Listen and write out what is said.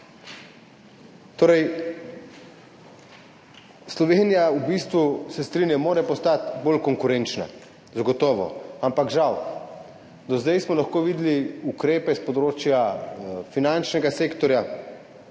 Torej Slovenija v bistvu, se strinjam, mora postati bolj konkurenčna, zagotovo, ampak žal, do zdaj smo lahko videli ukrepe s področja finančnega sektorja,